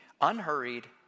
unhurried